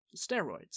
steroids